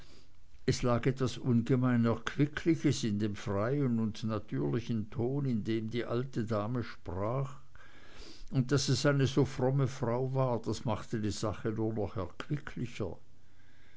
es lag etwas ungemein erquickliches in dem freien und natürlichen ton in dem die alte dame sprach und daß es eine so fromme frau war das machte die sache nur noch